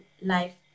life